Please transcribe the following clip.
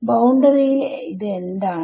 boundary യിൽ എന്താണ്